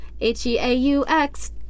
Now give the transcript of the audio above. H-E-A-U-X